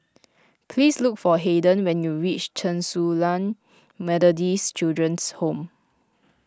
please look for Hayden when you reach Chen Su Lan Methodist Children's Home